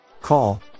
call